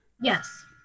yes